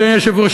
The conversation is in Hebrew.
אדוני היושב-ראש,